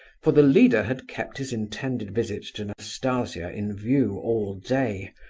for the leader had kept his intended visit to nastasia in view all day,